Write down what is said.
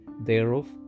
thereof